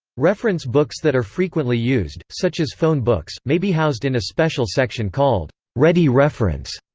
reference books that are frequently used, such as phone books, may be housed in a special section called ready reference.